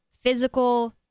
physical